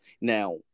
Now